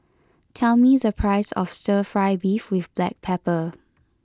tell me the price of stir fry beef with black pepper